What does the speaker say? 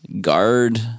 guard